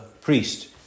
priest